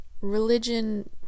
religion